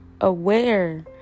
aware